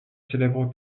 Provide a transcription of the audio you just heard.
célèbre